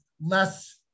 less